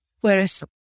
Whereas